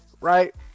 Right